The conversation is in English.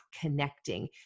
connecting